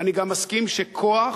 ואני גם מסכים שכוח